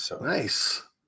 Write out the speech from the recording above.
nice